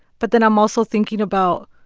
but then i'm also thinking about,